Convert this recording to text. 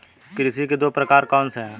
कृषि के दो प्रकार कौन से हैं?